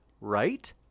right